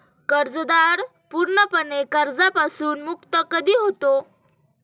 कर्जदार पूर्णपणे कर्जापासून मुक्त कधी होतो?